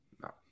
No